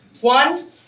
One